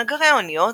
נגרי האוניות,